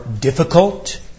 difficult